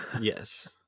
Yes